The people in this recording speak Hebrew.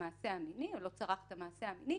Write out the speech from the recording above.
המעשה המיני או לא צרך את המעשה המיני.